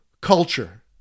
culture